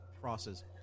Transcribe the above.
crosses